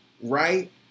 right